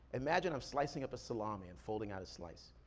imagine i'm slicing up a salami and folding out a slice.